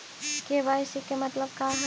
KYC के मतलब का हई?